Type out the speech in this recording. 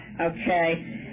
okay